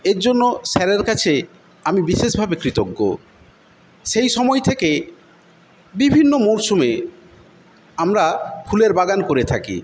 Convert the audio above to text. এরজন্য স্যারের কাছে আমি বিশেষভাবে কৃতজ্ঞ সেইসময় থেকে বিভিন্ন মরশুমে আমরা ফুলের বাগান করে থাকি